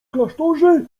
klasztorze